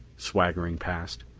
swaggering past,